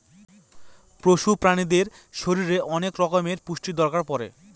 পশু প্রাণীদের শরীরে অনেক রকমের পুষ্টির দরকার পড়ে